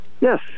Yes